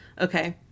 Okay